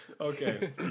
Okay